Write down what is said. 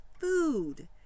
food